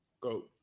Go